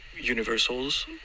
universals